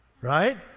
right